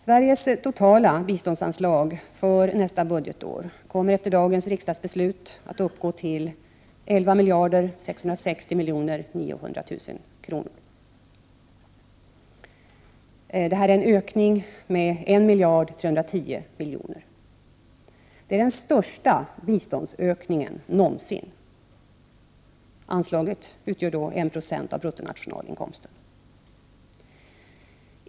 Sveriges totala biståndsanslag för nästa budgetår kommer efter dagens riksdagsbeslut att uppgå till 11 660,9 milj.kr., en ökning med 1 310 milj.kr. Detta är den största biståndsökningen någonsin. Anslaget utgör då 1 90 av bruttonationalinkomsten.